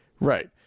right